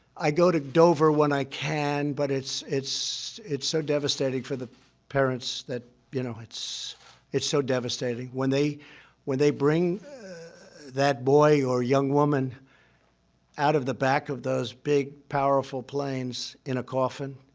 i go to dover, when i can, but it's it's it's so devastating for the parents that you know. it's it's so devastating when they when they bring that boy or young woman out of the back of those big, powerful planes in a coffin,